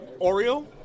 Oreo